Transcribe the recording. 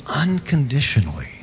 unconditionally